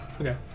okay